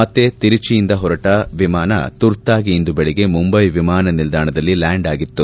ಮತ್ತೆ ತಿರುಚಿಯಿಂದ ಹೊರಟ ವಿಮಾನ ತುರ್ತಾಗಿ ಇಂದು ದೆಳಗ್ಗೆ ಮುಂದೈ ವಿಮಾನ ನಿಲ್ದಾಣದಲ್ಲಿ ಲ್ಯಾಂಡ್ ಆಗಿತ್ತು